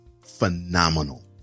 phenomenal